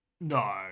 No